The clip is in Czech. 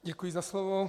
Děkuji za slovo.